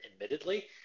admittedly